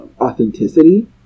authenticity